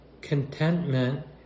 contentment